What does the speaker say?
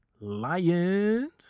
Lions